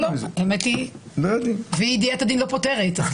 האמת היא שאי-ידיעת הדין לא פוטרת.